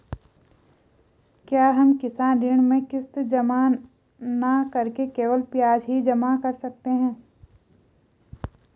क्या हम किसान ऋण में किश्त जमा न करके केवल ब्याज ही जमा कर सकते हैं?